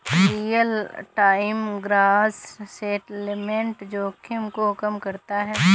real time gross settlement जोखिम को कम करता है